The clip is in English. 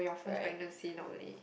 right